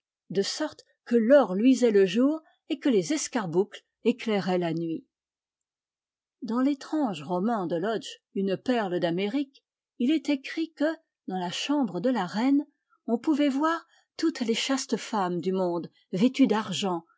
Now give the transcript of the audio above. de sorte que l'or luisait le jour et que les escarboucles éclairaient la nuit dans l'étrange roman de lodge une perle d'amérique il est écrit que dans la chambre de la reine on pouvait voir toutes les chastes femmes du monde vêtues d'argent